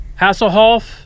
Hasselhoff